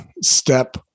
Step